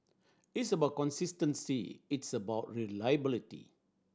it's about consistency it's about reliability